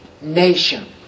nation